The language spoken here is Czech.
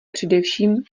především